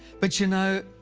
but, you know,